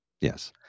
Yes